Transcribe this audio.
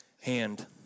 hand